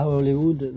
Hollywood